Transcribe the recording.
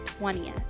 20th